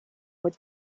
with